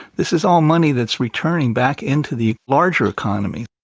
this is all money that's returning back into the larger economy.